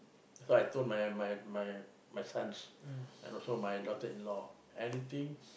so I told my my my my sons and also my daughter-in-law anything